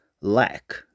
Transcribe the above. lack